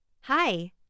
Hi